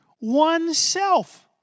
oneself